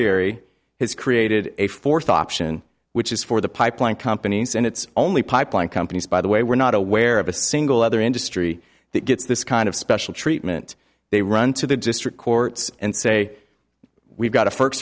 has created a fourth option which is for the pipeline companies and it's only pipeline companies by the way we're not aware of a single other industry that gets this kind of special treatment they run to the district courts and say we've got a f